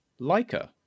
Leica